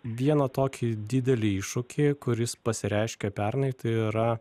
vieną tokį didelį iššūkį kuris pasireiškė pernai tai yra